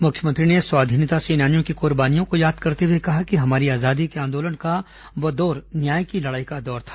मुख्यमंत्री ने स्वाधीनता सेनानियों की कुर्बानियों को याद करते हुए कहा कि हमारी आजादी के आंदोलन का वह दौर न्याय की लड़ाई का दौर था